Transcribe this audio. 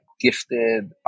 gifted